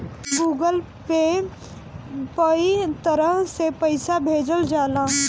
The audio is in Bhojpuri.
गूगल पे पअ इ तरह से पईसा भेजल जाला